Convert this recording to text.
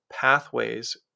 pathways